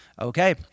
Okay